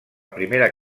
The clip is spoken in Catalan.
primera